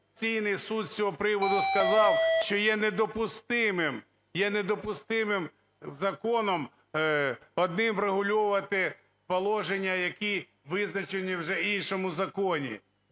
Суд з цього приводу сказав, що є недопустимим, є недопустимим законом одним врегульовувати положення, які визначені вже в іншому законі.